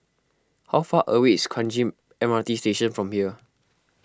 how far away is Kranji M R T Station from here